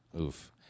Oof